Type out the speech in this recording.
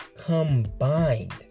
combined